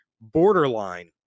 borderline